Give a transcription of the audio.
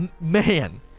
man